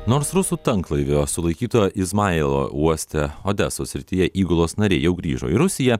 nors rusų tanklaivio sulaikyto ismajavo uoste odesos srityje įgulos nariai jau grįžo į rusiją